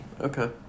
okay